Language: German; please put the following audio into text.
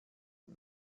und